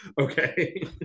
Okay